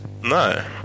No